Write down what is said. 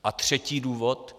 A třetí důvod?